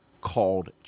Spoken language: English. called